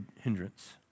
hindrance